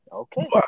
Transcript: Okay